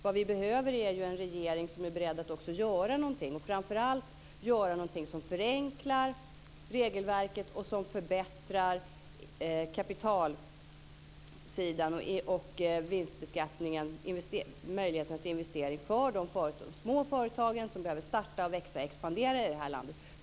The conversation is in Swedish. Vad vi behöver är en regering som är beredd att också göra någonting - och framför allt göra någonting som förenklar regelverket och som förbättrar kapitalsidan, vinstbeskattningen och möjligheterna till investeringar för de små företagen som behöver starta, växa och expandera i det här landet.